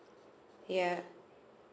yeah